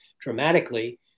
dramatically